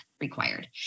required